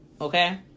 Okay